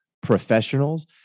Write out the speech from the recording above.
professionals